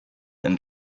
and